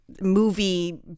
movie